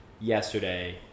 yesterday